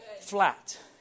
Flat